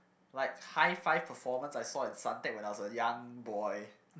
like high five performance I saw at Suntec when I was a young boy